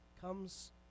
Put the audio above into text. comes